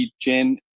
Gen